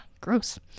gross